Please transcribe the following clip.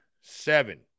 seven